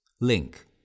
link